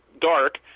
dark